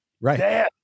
Right